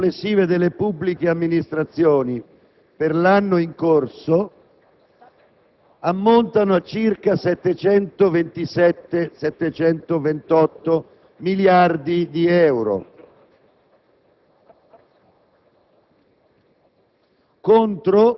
che le entrate complessive delle pubbliche amministrazioni per l'anno in corso ammontano a circa 727-728 miliardi di euro,